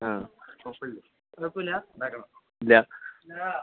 ആ കുഴപ്പം ഇല്ല കുഴപ്പം ഇല്ല ബാഗ് ഇല്ല ഇന്നല